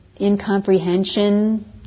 incomprehension